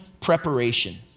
preparation